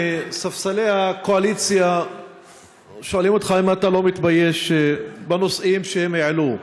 מספסלי הקואליציה שואלים אותך אם אתה לא מתבייש בנושאים שהם העלו.